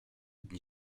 dni